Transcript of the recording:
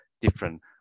different